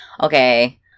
Okay